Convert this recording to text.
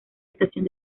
estación